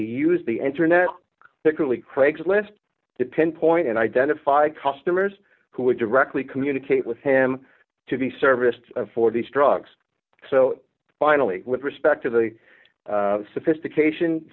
used the internet that really craigslist to pinpoint and identify customers who were directly communicate with him to be serviced for these drugs so finally with respect to the sophistication